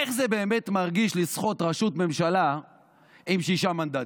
איך זה באמת מרגיש לסחוט ראשות ממשלה עם שישה מנדטים?